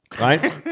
right